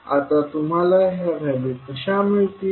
आता तुम्हाला ह्या व्हॅल्यू कशा मिळतील